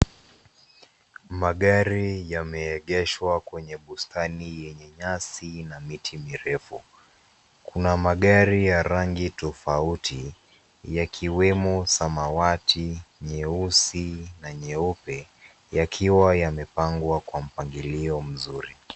Magari yameegeshwa kwenye bustani yenye nyasi na miti mirefu. Kuna magari ya rangi tofauti, yakiwemo samawati, nyeusi na nyeupe, yakiwa yamepangwa kwa mpangilio mzuri.